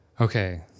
Okay